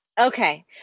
Okay